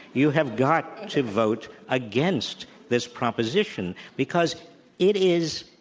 you have got to vote against this proposition, because it is,